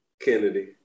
Kennedy